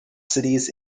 cities